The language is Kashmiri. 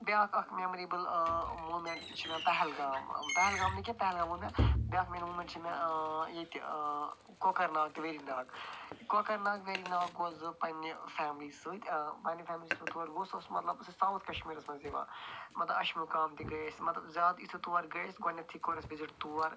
بیٛاکھ اَکھ میٚموریبٕل ٲں موٗمیٚنٛٹ چھُ مےٚ پہلگام پَہلگام نہٕ کیٚنٛہہ پہلگام ووٚن مےٚ بیٛاکھ موٗمیٚنٛٹ چھُ مےٚ ٲں ییٚتہِ ٲں کۄکرناگ تہٕ ویری ناگ کۄکرناگ ویری ناگ گوس بہٕ پَننہِ فیملی سۭتۍ ٲں پننہِ فیملی سۭتۍ ییٚلہِ بہٕ تور گوس سۄ ٲسۍ مطلب سَوُتھ کَشمیٖرس منٛز یِوان مطلب عشمُقام تہِ گٔے أسۍ مطلب زیادٕ یِتھُے تور گٔے أسۍ گۄڈٕنیٚتھٕے کوٚر اسہِ وِزِٹ تور